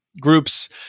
groups